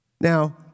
Now